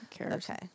okay